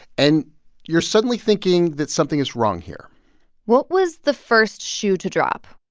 and you're suddenly thinking that something is wrong here what was the first shoe to drop?